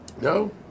no